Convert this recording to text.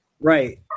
right